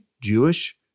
Jewish